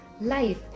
life